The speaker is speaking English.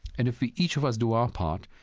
and if ah each of us do our part,